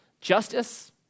Justice